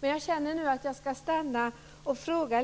Men jag känner nu att jag ska ställa några frågor